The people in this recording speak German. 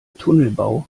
tunnelbau